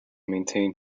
maintain